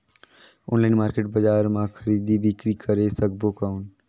Online market बजार मां खरीदी बीकरी करे सकबो कौन?